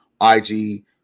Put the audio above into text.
IG